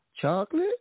chocolate